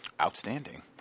outstanding